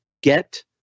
get